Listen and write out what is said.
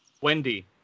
Wendy